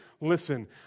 listen